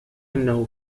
أنه